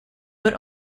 but